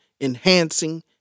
enhancing